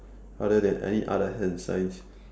other than any other hand signs